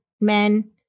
men